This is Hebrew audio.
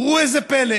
וראו זה פלא,